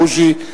בוז'י.